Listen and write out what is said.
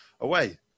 away